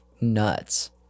nuts